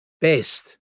best